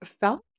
felt